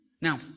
Now